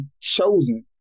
chosen